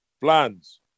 plans